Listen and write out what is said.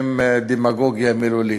הם דמגוגיה מילולית.